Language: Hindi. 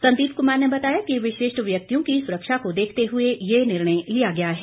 संदीप कुमार ने बताया कि विशिष्ठ व्यक्तिों की सुरक्षा को देखते हुए ये निर्णय लिया गया है